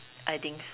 I think so